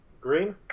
Green